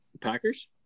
Packers